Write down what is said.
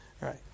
right